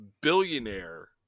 billionaire